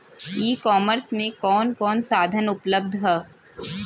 ई कॉमर्स में कवन कवन साधन उपलब्ध ह?